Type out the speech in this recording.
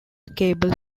cable